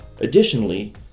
Additionally